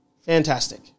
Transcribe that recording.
Fantastic